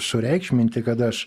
sureikšminti kad aš